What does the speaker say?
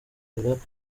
guhagarika